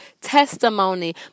testimony